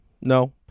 no